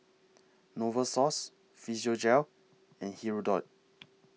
Novosource Physiogel and Hirudoid